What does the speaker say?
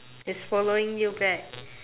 it's following you back